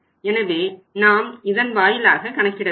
எனவே நாம் இதன் வாயிலாக கணக்கிடவேண்டும்